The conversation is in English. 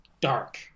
dark